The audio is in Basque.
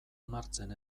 onartzen